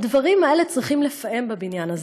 והדברים האלה צריכים לפעם בבניין הזה.